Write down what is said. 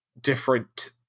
different